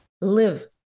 live